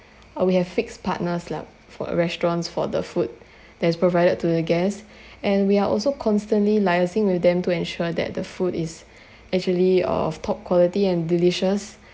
uh we have fixed partners lah for uh restaurants for the food that is provided to the guests and we are also constantly liaising with them to ensure that the food is actually of top quality and delicious